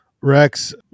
Rex